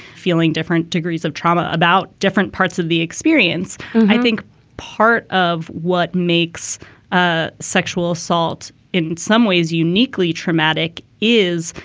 feeling different degrees of trauma about different parts of the experience. and i think part of what makes ah sexual assault in some ways uniquely traumatic is,